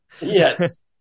Yes